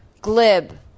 Glib